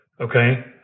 okay